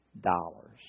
dollars